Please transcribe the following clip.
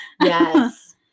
Yes